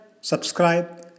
subscribe